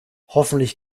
hoffentlich